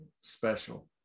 special